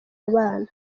abana